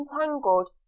entangled